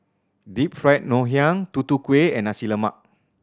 Deep Fried Ngoh Hiang Tutu Kueh and Nasi Lemak